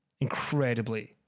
Incredibly